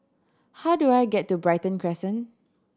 how do I get to Brighton Crescent